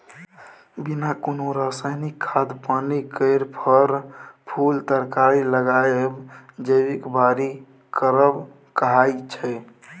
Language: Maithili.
बिना कोनो रासायनिक खाद पानि केर फर, फुल तरकारी लगाएब जैबिक बारी करब कहाइ छै